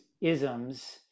isms